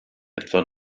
etwa